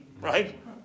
right